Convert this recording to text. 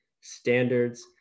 standards